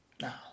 Now